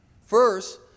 First